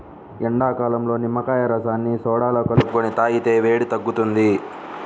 ఎండాకాలంలో నిమ్మకాయ రసాన్ని సోడాలో కలుపుకొని తాగితే వేడి తగ్గుతుంది